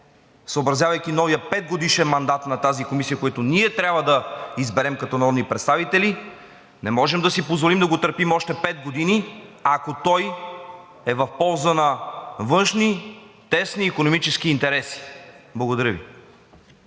съобразявайки новия петгодишен мандат на тази комисия, която трябва да изберем като народни представители. Не можем да си позволим да го търпим още пет години, ако той е в полза на външни, тесни икономически интереси. Благодаря Ви.